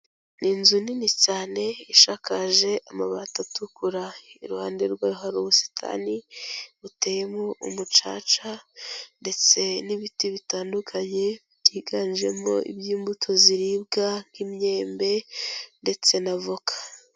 Ni inzu nini cyane ishakakaje amabati atukura, iruhande rwaho hari ubusitani buteyemo umucaca ndetse n'ibiti bitandukanye byiganjemo iby'imbuto ziribwa nk'imyembe ndetse na voka.